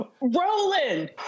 Roland